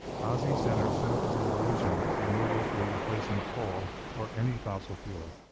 ozzie zehner said it was an illusion that renewables were replacing coal or any fossil fuel.